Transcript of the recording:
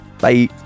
bye